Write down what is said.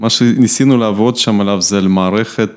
‫מה שניסינו לעבוד שם עליו ‫זה למערכת.